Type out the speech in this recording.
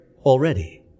already